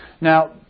Now